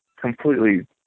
completely